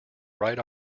right